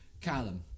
Callum